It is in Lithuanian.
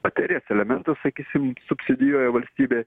baterijas elementus sakysim subsidijuoja valstybė